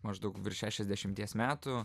maždaug šešiasdešimties metų